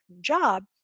job